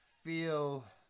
feel